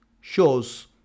shows